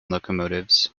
locomotives